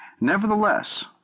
Nevertheless